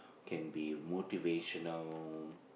can be motivational